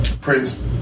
Prince